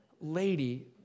lady